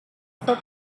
صبح